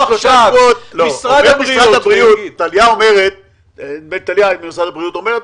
טליה ממשרד הבריאות אומרת: